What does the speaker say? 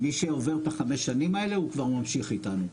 מי שעובר את חמש השנים האלה הוא כבר ממשיך איתנו.